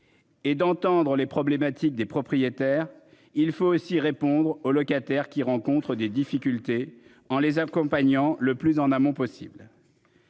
Et d'entendre les problématiques des propriétaires. Il faut aussi répondre aux locataires qui rencontrent des difficultés en les accompagnant le plus en amont possible.